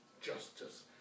justice